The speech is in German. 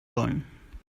sollen